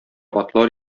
атлар